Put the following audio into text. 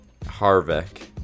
Harvick